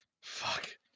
Fuck